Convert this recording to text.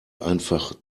einfach